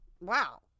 Wow